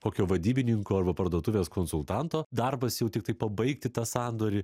kokio vadybininko arba parduotuvės konsultanto darbas jau tiktai pabaigti tą sandorį